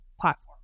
platform